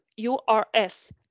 URS